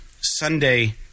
Sunday